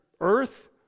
earth